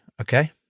Okay